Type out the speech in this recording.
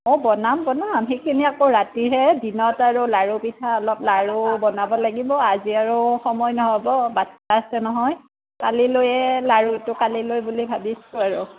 অ' বনাম বনাম সেইখিনি আকৌ ৰাতিহে দিনত আৰু লাৰু পিঠা অলপ লাৰু বনাব লাগিব আজি আৰু সময় নহ'ব বাচ্ছা আছে নহয় কালিলৈহে লাৰুটো কালিলৈ বুলি ভাবিছোঁ আৰু